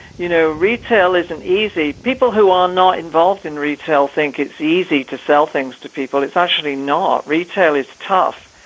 you know, retail isn't easy. people who are not involved in retail think it's easy to sell things to people. it's actually not. retail is tough.